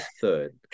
third